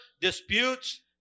disputes